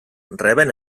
reben